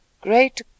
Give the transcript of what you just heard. Great